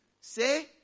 Say